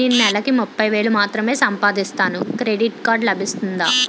నేను నెల కి ముప్పై వేలు మాత్రమే సంపాదిస్తాను క్రెడిట్ కార్డ్ లభిస్తుందా?